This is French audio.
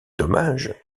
dommages